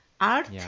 art